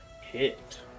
hit